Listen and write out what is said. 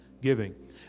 giving